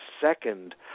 second